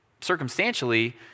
circumstantially